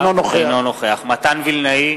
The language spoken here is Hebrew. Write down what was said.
אינו נוכח מתן וילנאי,